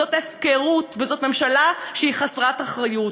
זאת הפקרות, וזאת ממשלה שהיא חסרת אחריות.